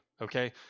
Okay